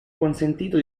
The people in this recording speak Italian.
consentito